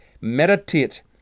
meditate